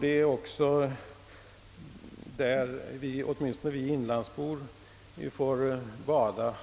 Det är också där som åtminstone vi inlandsbor badar.